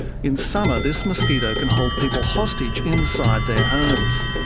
in summer this mosquito can hold people hostage inside their homes.